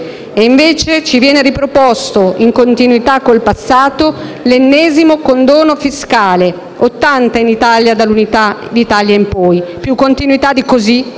E invece ci viene riproposto, in continuità con il passato, l'ennesimo condono fiscale (80 in Italia dall'Unità d'Italia in poi: più continuità di così!),